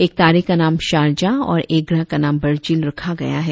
एक तारे का नाम शारजाह और एक ग्रह का नाम बरजील रखा गया है